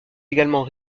également